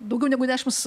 daugiau negu dešimt